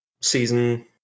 season